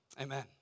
amen